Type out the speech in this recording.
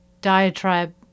diatribe